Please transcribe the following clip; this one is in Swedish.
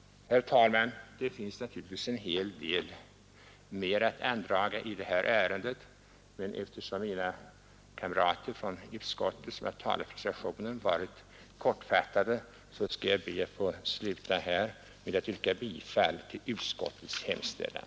Herr talman! Det finns naturligtvis en hel del mer att andraga i detta ärende. Men eftersom mina kamrater från utskottet som har talat för reservationen varit kortfattade, skall jag be att få sluta här med att yrka bifall till utskottets hemställan.